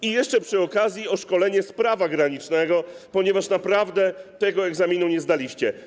I jeszcze przy okazji o szkolenie z prawa granicznego, ponieważ naprawdę tego egzaminu nie zdaliście.